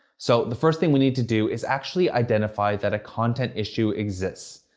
so the first thing we need to do is actually identify that content issue exists.